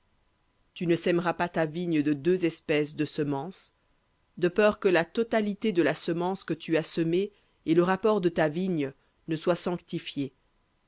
tu ne sèmeras pas ta vigne de deux espèces de peur que la totalité de la semence que tu as semée et le rapport de ta vigne ne soient sanctifiés